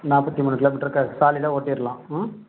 நாற்பத்தி மூணு கிலோ மீட்ருக்கு அது சாலிடாக ஓட்டிரலாம் ம்